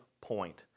point